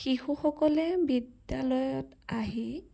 শিশুসকলে বিদ্যালয়ত আহি